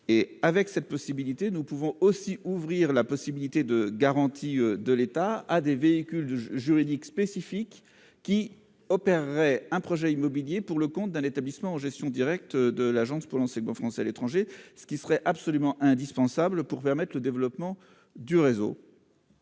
projets immobiliers. Nous pourrions ainsi ouvrir la possibilité de garantie de l'État à des véhicules juridiques spécifiques qui opèrent un projet immobilier pour le compte d'un établissement en gestion directe de l'Agence pour l'enseignement français à l'étranger (AEFE). Cette mesure est indispensable pour permettre le développement du réseau.